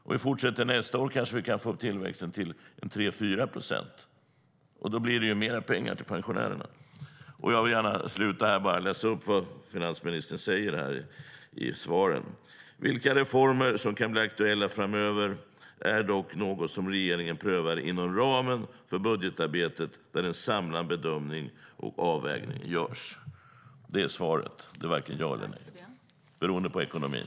Om vi får fortsätta nästa år kanske vi kan få en tillväxt på 3-4 procent, och då blir det ju mer pengar till pensionärerna. Jag vill gärna avsluta med att läsa upp vad finansministern säger i svaret: Vilka reformer som kan bli aktuella framöver är dock något som regeringen prövar inom ramen för budgetarbetet där en samlad bedömning och avvägning görs. Det är svaret, varken ja eller nej, beroende på ekonomin.